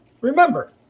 Remember